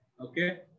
Okay